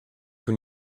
when